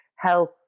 health